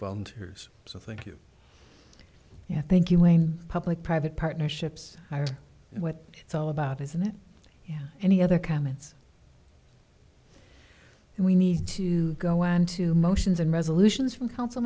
volunteers so thank you yeah thank you wayne public private partnerships are what it's all about isn't it yeah any other comments and we need to go on to motions and resolutions from council